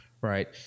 right